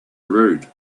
rude